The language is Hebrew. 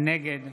נגד